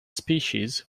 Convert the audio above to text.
species